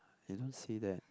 eh don't say that